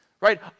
right